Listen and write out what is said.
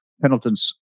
Pendleton's